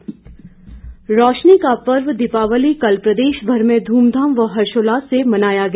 दीपावली रोशनी का पर्व दीपावली कल प्रदेश भर में धूमधाम व हर्षोल्लास से मनाया गया